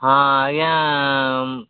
ହଁ ଆଜ୍ଞା